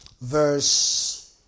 verse